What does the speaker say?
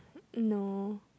no